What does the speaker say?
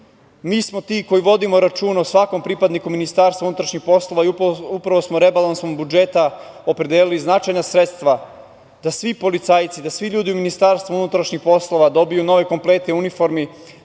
smo ti koji vodimo računa o svakom pripadniku Ministarstva unutrašnjih poslova i upravo smo rebalansom budžeta opredelili značajna sredstva da svi policajci, da svi ljudi u Ministarstvu unutrašnjih poslova dobiju nove komplete uniformi,